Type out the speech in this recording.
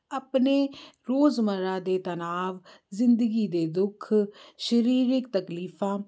ਆਪਣੇ ਰੋਜ਼ਮਰਾ ਦੇ ਤਣਾਅ ਜ਼ਿੰਦਗੀ ਦੇ ਦੁੱਖ ਸਰੀਰਿਕ ਤਕਲੀਫਾਂ